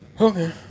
Okay